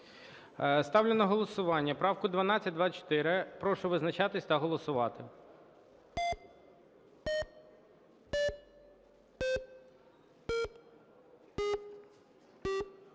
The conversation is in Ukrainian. Ставлю на голосування цю правку, 1412. Прошу визначатись та голосувати.